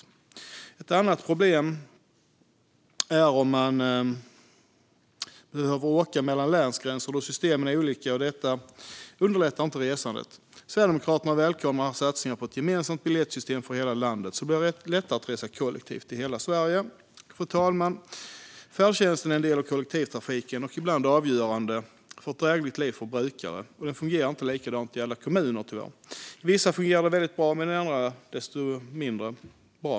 Det kan också bli problem om man behöver åka över länsgränser eftersom systemen är olika. Det underlättar inte resandet. Sverigedemokraterna välkomnar en satsning på ett gemensamt biljettsystem för landet som gör det lättare att resa kollektivt i hela Sverige. Fru talman! Färdtjänsten är en del av kollektivtrafiken. Ibland är den avgörande för att brukarna ska få ett drägligt liv. Men den fungerar tyvärr inte likadant i alla kommuner. I vissa kommuner fungerar det bra, i andra mindre bra.